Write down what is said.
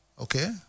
okay